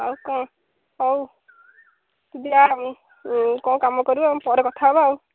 ଆଉ କ'ଣ ହଉ ଯିବା ଆଉ କ'ଣ କାମ କର ଆଉ ପରେ କଥା ହବା ଆଉ